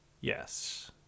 Yes